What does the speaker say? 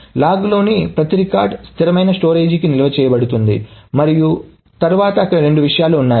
లాగ్లోని ప్రతి రికార్డ్ స్థిరమైన స్టోరేజీకి నిల్వ చేయబడుతుంది మరియు తర్వాత అక్కడ రెండు విషయాలు ఉన్నాయి